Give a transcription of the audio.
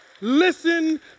Listen